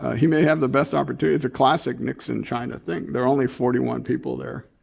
he may have the best opportunity. it's classic nixon, china thing. there are only forty one people there.